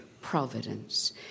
Providence